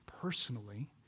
personally